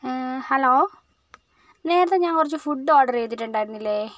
hello നേരത്തെ ഞാൻ കുറച്ചു ഫുഡ് ഓർഡർ ചെയ്തിട്ടുണ്ടായിരുന്നില്ലേ